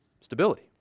stability